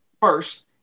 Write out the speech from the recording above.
first